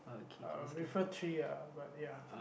uh prefer three ah but ya